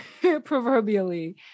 proverbially